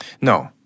no